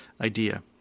idea